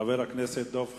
חבר הכנסת דב חנין,